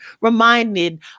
reminded